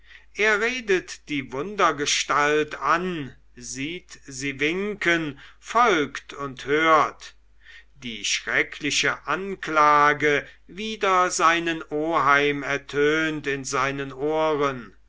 er redet die wundergestalt an sieht sie winken folgt und hört die schreckliche anklage wider seinen oheim ertönt in seinen ohren